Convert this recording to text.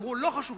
אמרו: לא חשוב,